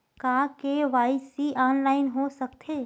का KYC online हो सकथे?